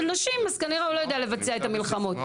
נשים הוא כנראה לא יודע לבצע את המלחמות.